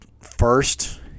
first